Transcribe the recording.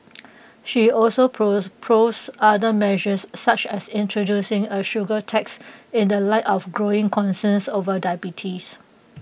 she also proposed other measures such as introducing A sugar tax in the light of growing concerns over diabetes